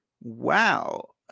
Wow